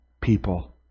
people